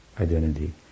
identity